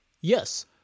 Yes